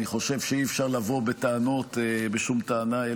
אני חושב שאי-אפשר לבוא אליך בשום טענה,